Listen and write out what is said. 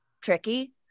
tricky